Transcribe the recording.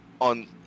on